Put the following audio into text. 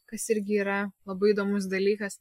kas irgi yra labai įdomus dalykas